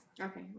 Okay